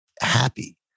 happy